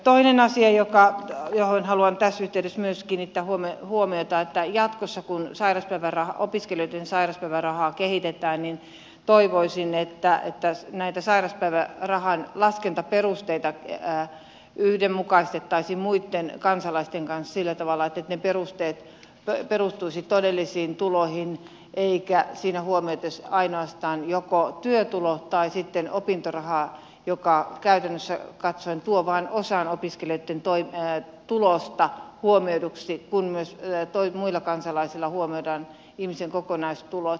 toinen asia johon haluan tässä yhteydessä myös kiinnittää huomiota on se että jatkossa kun opiskelijoiden sairauspäivärahaa kehitetään toivoisin että näitä sairauspäivärahan laskentaperusteita yhdenmukaistettaisiin muitten kansalaisten kanssa sillä tavalla että ne perusteet perustuisivat todellisiin tuloihin eikä siinä huomioitaisi ainoastaan joko työtuloa tai sitten opintorahaa mikä käytännöllisesti katsoen tuo vain osan opiskelijoitten tulosta huomioiduksi kun muilla kansalaisilla huomioidaan ihmisen kokonaistulot